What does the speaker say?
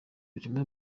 birimo